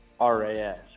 RAS